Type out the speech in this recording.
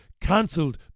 cancelled